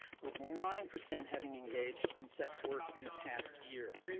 with nine percent having engaged in sex work in the past year.